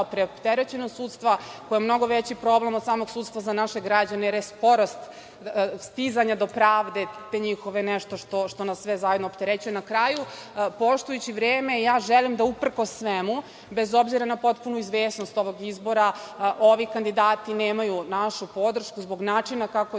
ta opterećenost sudstva, koja je mnogo veći problem od samog sudstva za naše građane jer je sporost stizanja do pravde te njihove nešto što nas sve zajedno opterećuje. Na kraju, poštujući vreme, želim da uprkos svemu, bez obzira na potpunu izvesnost ovog izbora, ovi kandidati nemaju našu podršku zbog načina kako je